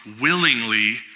willingly